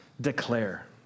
declare